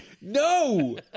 No